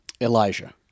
Elijah